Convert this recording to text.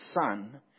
son